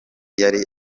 yari